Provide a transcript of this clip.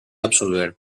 absolver